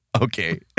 Okay